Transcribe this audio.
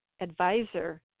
advisor